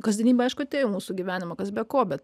kasdienybė aišku atėjo į mūsų gyvenimą kas be ko bet